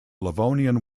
livonian